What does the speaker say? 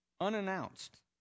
unannounced